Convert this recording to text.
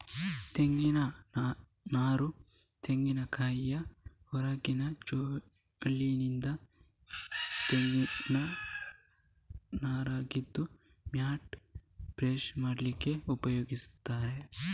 ತೆಂಗಿನ ನಾರು ತೆಂಗಿನಕಾಯಿಯ ಹೊರಗಿನ ಚೋಲಿನಿಂದ ತೆಗೆದ ನಾರಾಗಿದ್ದು ಮ್ಯಾಟ್, ಬ್ರಷ್ ಮಾಡ್ಲಿಕ್ಕೆ ಉಪಯೋಗಿಸ್ತಾರೆ